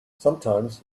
sometimes